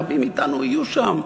רבים מאתנו יהיו שם.